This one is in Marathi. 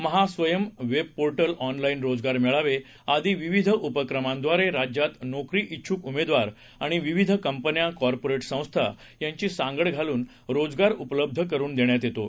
महास्वयंम वेबपोर्डि ऑनलाईन रोजगार मेळावे आदी विविध उपक्रमांद्वारे राज्यात नोकरीइच्छूक उमेदवार आणि विविध कंपन्या कॉर्पोरि संस्था यांची सांगड घालून रोजगार उपलब्ध करुन देण्यात येतो